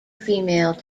female